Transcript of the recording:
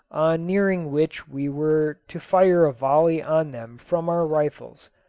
nearing which we were to fire a volley on them from our rifles,